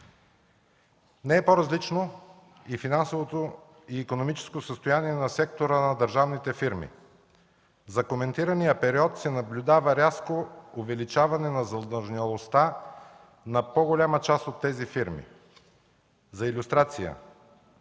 Не е по-различно и финансовото и икономическо състояние на сектора на държавните фирми. За коментирания период се наблюдава рязко увеличаване на задлъжнялостта на по-голяма част от тези фирми. За илюстрация: